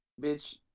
bitch